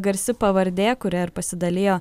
garsi pavardė kuria ir pasidalijo